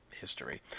history